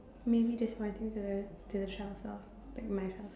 maybe that's what I think the to the child as well like my child